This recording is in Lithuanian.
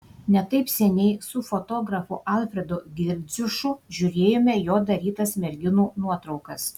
ne taip seniai su fotografu alfredu girdziušu žiūrėjome jo darytas merginų nuotraukas